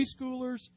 preschoolers